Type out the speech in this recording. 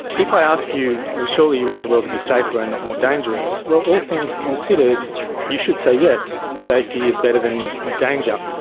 if i ask you, surely you want the world to be safer and not more dangerous? well, all things considered you should say, yes, safety is better than danger.